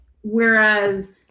whereas